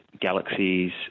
galaxies